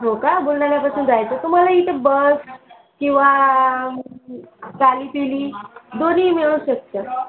हो का बुलढाण्यापासून जायचंय तुम्हाला इथे बस किंवा काली पिली दोन्हीही मिळू शकतं